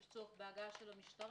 אם יש צורך בהגעת המשטרה.